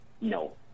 no